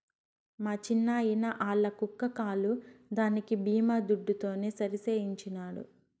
మా చిన్నాయిన ఆల్ల కుక్క కాలు దాని బీమా దుడ్డుతోనే సరిసేయించినాడు